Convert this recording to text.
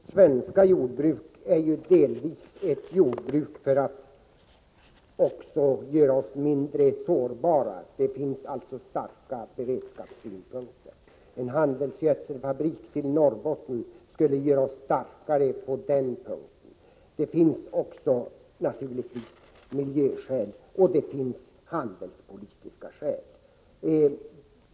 Fru talman! Vårt svenska jordbruk har delvis till uppgift att göra oss mindre sårbara. Det finns alltså starka beredskapssynpunkter. En handelsgödselfabrik i Norrbotten skulle göra oss starkare på den punkten. Det finns naturligtvis också miljöskäl och det finns handelspolitiska skäl.